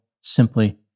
simply